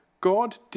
God